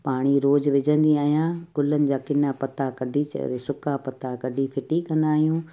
पाणी रोज विझंदी आहियां गुलनि जा किन्ना पता कढी करे सुका पता कढी फ़िटी कंदा आहियूं